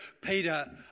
Peter